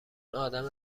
آدم